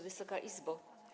Wysoka Izbo!